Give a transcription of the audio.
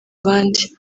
abandi